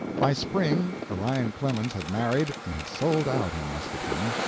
by spring, orion clemens had married and had sold out in muscatine.